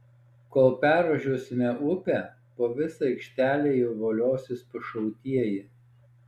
kol pervažiuosime upę po visą aikštelę jau voliosis pašautieji